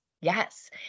yes